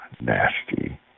nasty